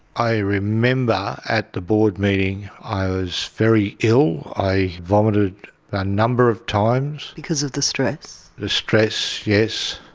i remember at the board meeting i was very ill. i vomited a number of times. because of the stress? the stress, yes.